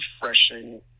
Refreshing